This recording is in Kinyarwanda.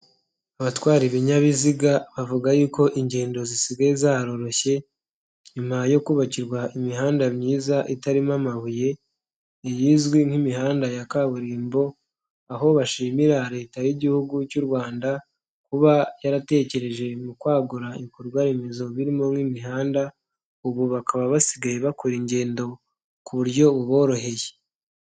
Abatwara ibinyabiziga bavuga yuko ingendo zisigaye zaroroshye. Nyuma yo kubakirwa imihanda myiza itarimo amabuye iy'izwi nk'imihanda ya kaburimbo. Aho bashimira Leta y'Igihugu cy'u Rwanda kuba yaratekereje mu kwagura ibikorwa remezo birimo nk' imihanda. Ubu bakaba basigaye bakora ingendo ku buryo buboroheye.